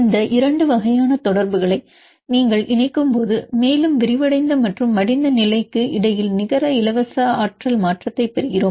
இந்த 2 வகையான தொடர்புகளை நீங்கள் இணைக்கும்போது மேலும் விரிவடைந்த மற்றும் மடிந்த நிலைக்கு இடையில் நிகர இலவச ஆற்றல் மாற்றத்தை பெறுகிறோம்